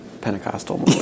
Pentecostal